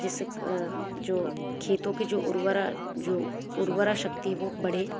जिससे जो खेतों के जो उर्वरा जो उर्वरा शक्ति है वो बढ़ें